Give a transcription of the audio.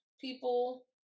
people